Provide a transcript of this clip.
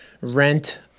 rent